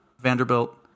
Vanderbilt